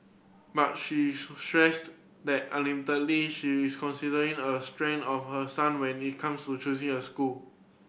but she stressed that ultimately she is considering a strength of her son when it comes to choosing a school